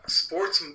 sports